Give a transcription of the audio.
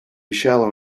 shallow